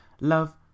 Love